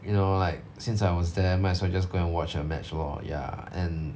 you know like since I was there might as well just go and watch a match lor ya and